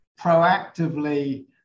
proactively